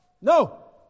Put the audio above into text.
No